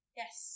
yes